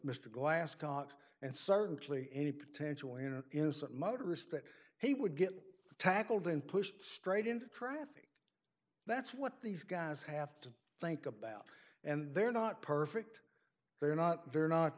mr glascock and certainly any potential you know innocent motorist that he would get tackled and pushed straight into traffic that's what these guys have to think about and they're not perfect they're not they're not